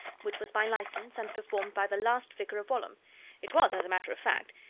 which was by licence, and performed by the last vicar of walholm it was, as a matter of fact,